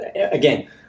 again